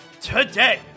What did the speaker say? today